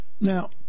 now